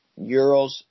Euros